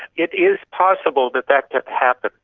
it is possible that that could happen.